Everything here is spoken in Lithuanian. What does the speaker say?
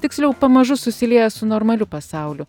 tiksliau pamažu susilieja su normaliu pasauliu